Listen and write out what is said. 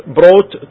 brought